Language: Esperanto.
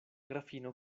grafino